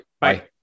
Bye